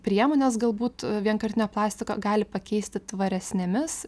priemones galbūt vienkartinio plastiko gali pakeisti tvaresnėmis